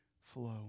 flow